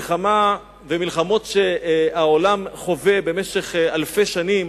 ומלחמות שהעולם חווה במשך אלפי שנים